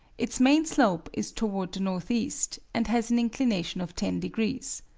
its main slope is toward the northeast, and has an inclination of ten degrees.